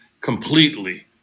completely